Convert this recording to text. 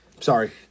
Sorry